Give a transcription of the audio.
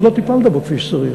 עוד לא טיפלת בו כפי שצריך.